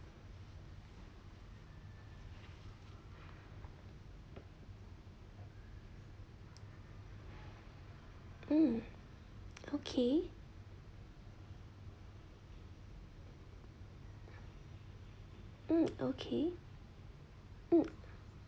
mm okay mm okay mm